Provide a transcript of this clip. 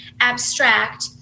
abstract